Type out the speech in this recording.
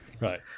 Right